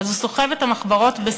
אז הוא סוחב את המחברות בשקית.